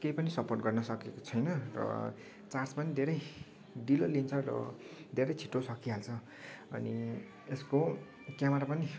केही पनि सपोर्ट गर्न सकेको छैन र चार्ज पनि धेरै ढिलो लिन्छ र धेरै छिटो सकिहाल्छ अनि यसको क्यामेरा पनि